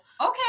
Okay